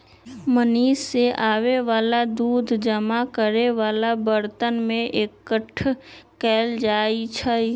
machine से आबे वाला दूध जमा करे वाला बरतन में एकट्ठा कएल जाई छई